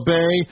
Bay